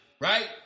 right